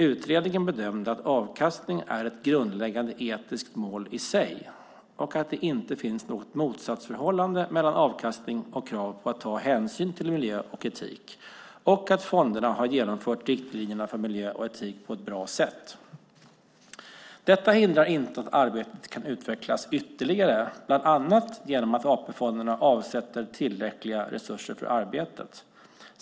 Utredningen bedömde att avkastning är ett grundläggande etiskt mål i sig, att det inte finns något motsatsförhållande mellan avkastning och krav på att ta hänsyn till miljö och etik och att fonderna har genomfört riktlinjerna för miljö och etik på ett bra sätt. Detta hindrar inte att arbetet kan utvecklas ytterligare, bland annat genom att AP-fonderna avsätter tillräckliga resurser för arbetet.